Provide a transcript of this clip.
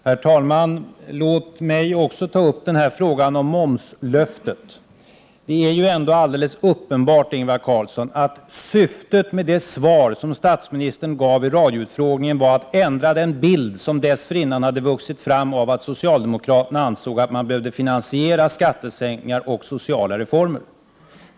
Herr talman! Även jag vill ta upp frågan om momslöftet. Det är alldeles uppenbart, Ingvar Carlsson, att syftet med det svar som statsministern gav i radioutfrågningen var att ändra den bild som dessförinnan hade vuxit fram av att socialdemokraterna ansåg att man behövde finansiera skattesänkningar och sociala reformer.